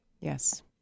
Yes